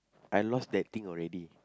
I lost that thing already